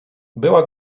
była